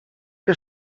que